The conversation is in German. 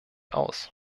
aus